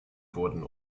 wurden